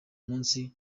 munsi